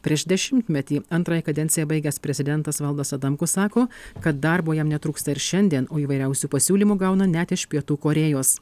prieš dešimtmetį antrąją kadenciją baigęs prezidentas valdas adamkus sako kad darbo jam netrūksta ir šiandien o įvairiausių pasiūlymų gauna net iš pietų korėjos